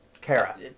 Kara